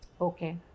okay